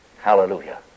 Hallelujah